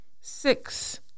six